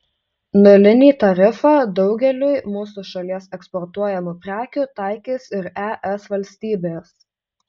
nulinį tarifą daugeliui mūsų šalies eksportuojamų prekių taikys ir es valstybės